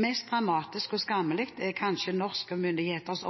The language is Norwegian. Mest dramatisk og skammelig er kanskje norske myndigheters